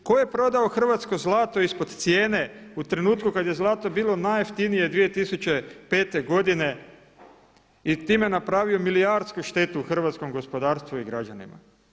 Tko je prodao hrvatsko zlato ispod cijene u trenutku kad je zlato bilo najjeftinije 2005. godine i time napravio milijardsku štetu u hrvatskom gospodarstvu i građanima?